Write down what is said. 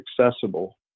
accessible